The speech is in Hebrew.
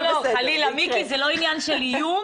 לא נרד מזה.